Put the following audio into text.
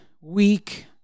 week